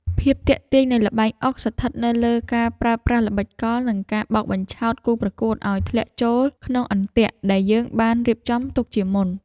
ភាពទាក់ទាញនៃល្បែងអុកស្ថិតនៅលើការប្រើប្រាស់ល្បិចកលនិងការបោកបញ្ឆោតគូប្រកួតឱ្យធ្លាក់ចូលក្នុងអន្ទាក់ដែលយើងបានរៀបចំទុកជាមុន។